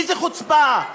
איזו חוצפה.